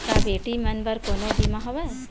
का बेटी मन बर कोनो बीमा हवय?